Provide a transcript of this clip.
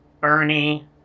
Bernie